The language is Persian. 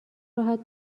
راحت